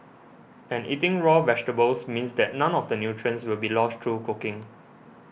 and eating raw vegetables means that none of the nutrients will be lost through cooking